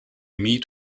meet